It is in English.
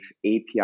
API